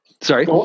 sorry